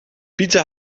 pizza